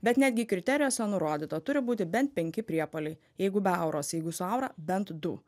bet netgi kriterijuose nurodyta turi būti bent penki priepuoliai jeigu be auros jeigu jūsų aura bent du